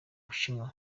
bushinwa